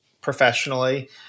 professionally